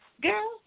girl